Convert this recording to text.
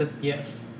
Yes